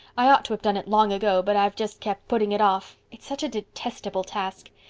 i ought to have done it long ago but i've just kept putting it off. it's such a detestable task.